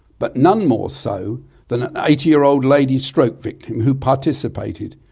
but none more so than an eighty year old lady stroke victim who participated,